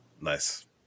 Nice